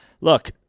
Look